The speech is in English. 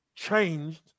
changed